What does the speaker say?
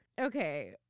Okay